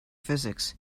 physics